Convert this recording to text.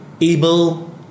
able